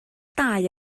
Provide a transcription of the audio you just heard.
dau